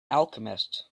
alchemist